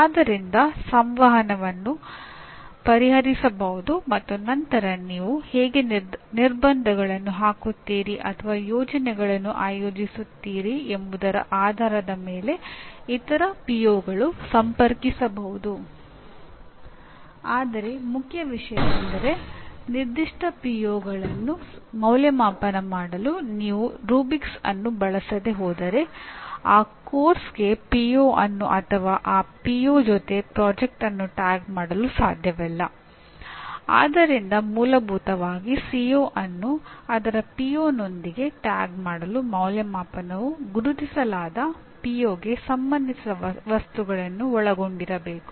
ಆದ್ದರಿಂದ ಸಂವಹನವನ್ನು ಪರಿಹರಿಸಬಹುದು ಮತ್ತು ನಂತರ ನೀವು ಹೇಗೆ ನಿರ್ಬಂಧಗಳನ್ನು ಹಾಕುತ್ತೀರಿ ಅಥವಾ ಯೋಜನೆಯನ್ನು ಆಯೋಜಿಸುತ್ತೀರಿ ಎಂಬುದರ ಆಧಾರದ ಮೇಲೆ ಇತರ ಪಿಒಗಳು ಸಂಬಂಧಿಸಿದ ವಸ್ತುಗಳನ್ನು ಒಳಗೊಂಡಿರಬೇಕು